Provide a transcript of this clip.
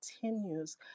continues